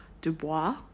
dubois